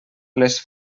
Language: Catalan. les